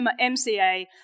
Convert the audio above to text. MCA